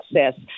access